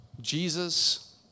Jesus